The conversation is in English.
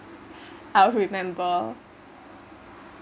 I’ll remembered